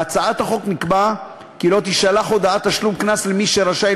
בהצעת החוק נקבע כי לא תישלח הודעת תשלום קנס למי שרשאי